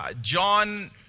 John